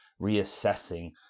reassessing